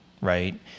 Right